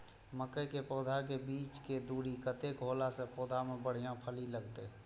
मके के पौधा के बीच के दूरी कतेक होला से पौधा में बढ़िया फली लगते?